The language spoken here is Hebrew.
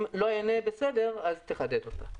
אם לא אענה בסדר אז תחדד אותה.